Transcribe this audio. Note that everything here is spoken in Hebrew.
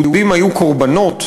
יהודים היו קורבנות,